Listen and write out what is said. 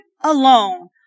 alone